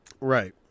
Right